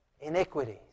iniquities